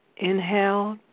Inhale